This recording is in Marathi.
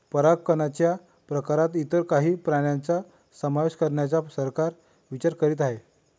परागकणच्या प्रकारात इतर काही प्राण्यांचा समावेश करण्याचा सरकार विचार करीत आहे